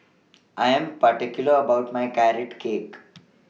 I Am particular about My Carrot Cake